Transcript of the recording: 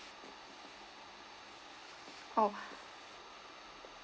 oh